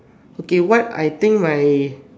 okay what I think my